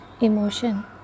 emotion